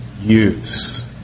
use